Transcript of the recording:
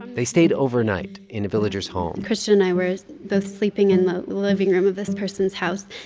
they stayed overnight in a villager's home christian and i were both sleeping in the living room of this person's house.